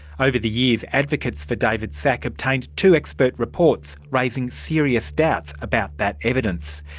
over the years, advocates for david szach obtained two expert reports raising serious doubts about that evidence.